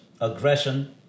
aggression